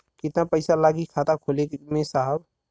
कितना पइसा लागि खाता खोले में साहब?